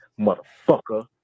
motherfucker